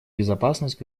безопасность